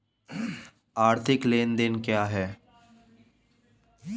आर्थिक लेनदेन क्या है?